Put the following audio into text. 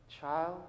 Child